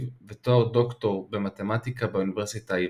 ותואר דוקטור במתמטיקה באוניברסיטה העברית,